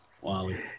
Wally